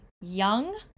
Young